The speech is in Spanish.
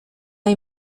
hay